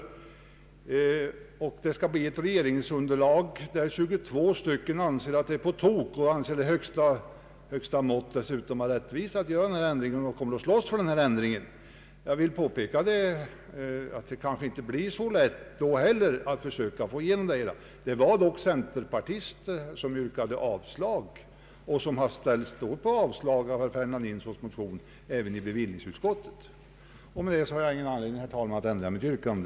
Det skulle betyda att i underlaget för en blivande regering finns 22 centerpartister som anser att en ändring på den här punkten skulle innebära högsta mått av rättvisa och en ändring som de kommer att slåss för. Jag vill påpeka att det kanske inte heller blir så lätt att få igenom det kravet. Det var dock en centerpartist som yrkade avslag och som nu yrkat avslag på herr Ferdinand Nilssons motion även 1 bevillningsutskottet. Herr talman! Jag har ingen anledning att ändra mitt yrkande.